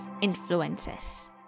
influences